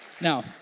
now